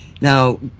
now